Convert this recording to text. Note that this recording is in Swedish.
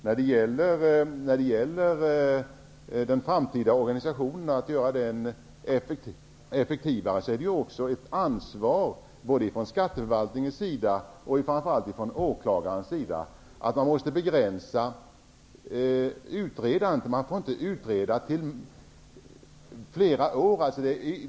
När det gäller att göra den framtida organisationen effektivare har både skatteförvaltningen och åklagarna ett ansvar. Det gäller att begränsa utredandet. Man får inte låta utredandet ta flera år.